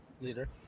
leader